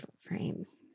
frames